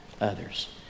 others